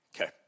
Okay